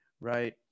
Right